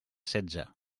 setze